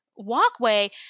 walkway